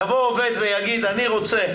יבוא עובד ויגיד: אני רוצה